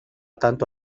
tanto